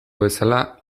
bezala